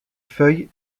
feuilles